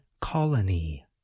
colony